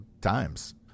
times